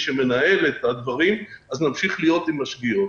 שמנהל את הדברים אז נמשיך להיות עם השגיאות.